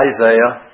Isaiah